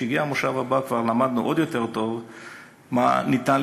כשהגיע המושב הבא כבר למדנו עוד יותר טוב מה ניתן